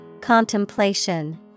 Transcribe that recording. Contemplation